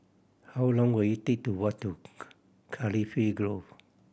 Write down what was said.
how long will it take to walk to Cardifi Grove